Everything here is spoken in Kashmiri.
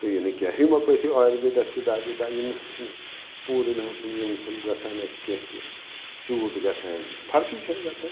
تہٕ یہِ نہٕ کینٛہہ ہموپیتھی آیُرویدَس سِدا بِدا یِم نہ حظ چھِنہٕ پوٗرٕ نہ حظ چھُنہٕ یِم گژھان اَسہِ کینٛہہ تہِ سیوٗٹ گژھان فرقٕے چھنہٕ گژھان